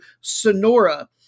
Sonora